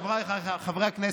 חבריי חברי הכנסת,